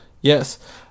Yes